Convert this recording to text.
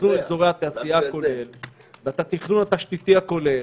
מכלול אזורי התעשייה הכולל ואת התכלול התשתיתי הכולל,